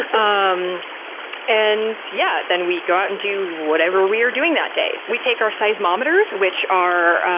um and yeah, then we go out and do whatever we are doing that day. we take our seismometers, which are,